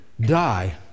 die